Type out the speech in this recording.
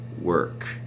work